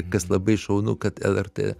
kas labai šaunu kad lrt